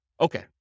Okay